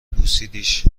بوسیدیش